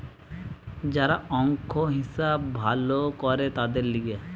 যারা অংক, হিসাব ভালো করে তাদের লিগে